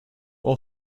will